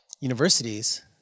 universities